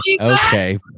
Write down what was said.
okay